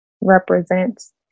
represents